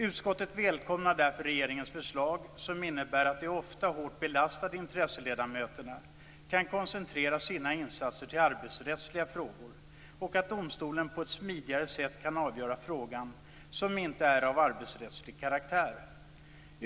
Utskottet välkomnar därför regeringens förslag, som innebär att de ofta hårt belastade intresseledamöterna kan koncentrera sina insatser till arbetsrättsliga frågor och att domstolen på ett smidigare sätt kan avgöra frågor som inte är av arbetsrättslig karaktär.